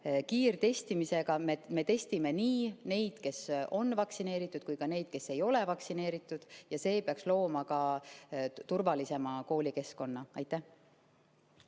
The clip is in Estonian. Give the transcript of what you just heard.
kiirtestimisega me testime nii neid, kes on vaktsineeritud, kui ka neid, kes ei ole vaktsineeritud. See peaks looma turvalisema koolikeskkonna. Aitäh!